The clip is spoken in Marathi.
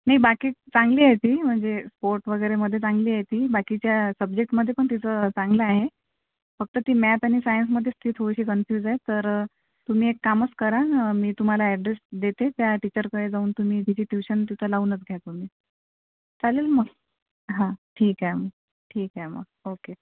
नाही बाकी चांगली आहे ती म्हणजे स्पोर्ट वगैरेमधे चांगली आहे ती बाकीच्या सब्जेक्टमध्ये पण तिचं चांगलं आहे फक्त ती मॅथ आणि सायन्समधेच ती थोडीशी कन्फ्युज आहे तर तुम्ही एक कामच करा मी तुम्हाला ॲड्रेस देते त्या टीचरकडे जाऊन तिची ट्युशन तिथं लावूनच घ्या तुम्ही चालेल मग हां ठीक आहे मग ठीक आहे मग ओके